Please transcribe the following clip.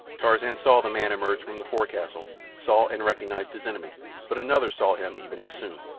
tarzan saw the man emerge from the forecastle saw and recognized his enemy but another saw him even as soon.